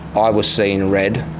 i was seeing red,